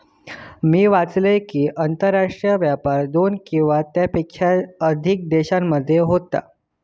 मी वाचलंय कि, आंतरराष्ट्रीय व्यापार दोन किंवा त्येच्यापेक्षा अधिक देशांमध्ये होता